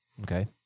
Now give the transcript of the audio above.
Okay